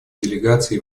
делегация